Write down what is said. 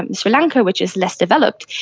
and sri lanka which is less developed,